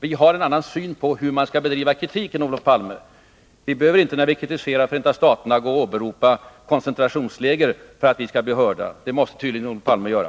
Vi har en annan syn på hur man skall framföra kritik, Olof Palme. När vi kritiserar Förenta staterna behöver vi inte åberopa koncentrationsläger för att bli hörda. Det måste tydligen Olof Palme göra.